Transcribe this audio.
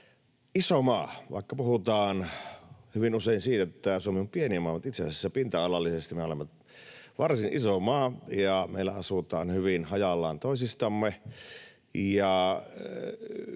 iso maa. Puhutaan hyvin usein siitä, että Suomi on pieni maa, mutta itse asiassa pinta-alallisesti me olemme varsin iso maa ja meillä asutaan hyvin hajallaan toisistamme,